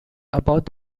about